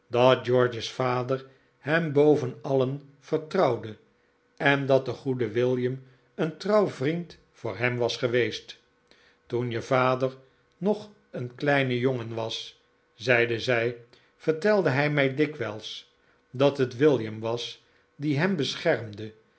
george's vader hem boven alien vertrouwde en dat de goede william een trouw vriend voor hem was geweest toen je vader nog een kleine jongen was zeide zij vertelde hij mij dikwijls dat het william was die hem beschermde